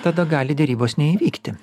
tada gali derybos neįvykti